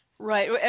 Right